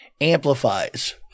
amplifies